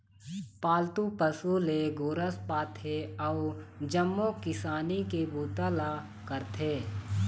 पालतू पशु ले गोरस पाथे अउ जम्मो किसानी के बूता ल करथे